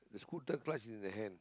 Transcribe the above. the scooter class is in the hand